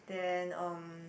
then um